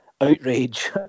outrage